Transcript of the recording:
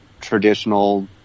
traditional